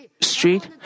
street